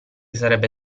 sarebbe